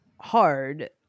hard